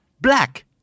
black